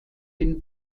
den